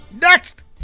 Next